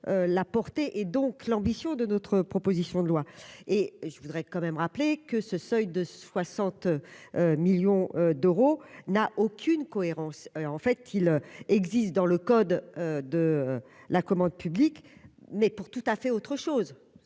la portée et donc l'ambition de notre proposition de loi et je voudrais quand même rappeler que ce seuil de 60 millions d'euros n'a aucune cohérence, en fait, il existe dans le code de la commande publique, mais pour tout à fait autre chose,